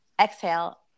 exhale